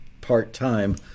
part-time